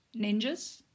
ninjas